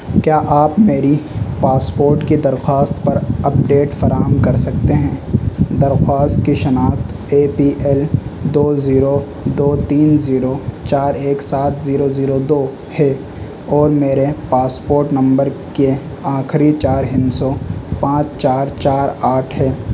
کیا آپ میری پاسپورٹ کی درخواست پر اپ ڈیٹ فراہم کر سکتے ہیں درخواست کی شناخت اے پی ایل دو زیرو دو تین زیرو چار ایک سات زیرو زیرو دو ہے اور میرے پاسپورٹ نمبر کے آخری چار ہندسوں پانچ چار چار آٹھ ہے